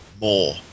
more